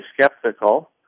skeptical